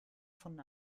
von